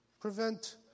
prevent